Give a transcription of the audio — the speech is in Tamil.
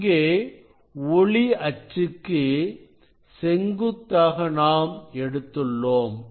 இங்கே ஒளி அச்சுக்கு செங்குத்தாக நாம் எடுத்துள்ளோம்